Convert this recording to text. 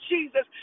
Jesus